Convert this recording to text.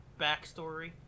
backstory